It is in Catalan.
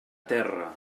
terra